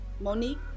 Monique